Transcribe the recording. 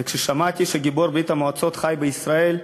וכששמעתי שגיבור ברית-המועצות חי בישראל,